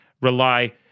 rely